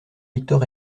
victor